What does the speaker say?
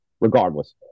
Regardless